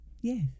yes